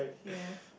ya